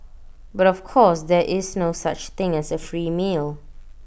but of course there is no such thing as A free meal